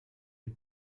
les